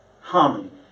harmony